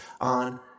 on